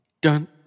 Dun